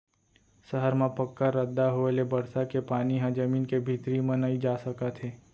सहर म पक्का रद्दा होए ले बरसा के पानी ह जमीन के भीतरी म नइ जा सकत हे